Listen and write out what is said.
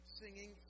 singing